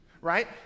Right